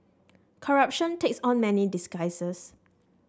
corruption takes on many guises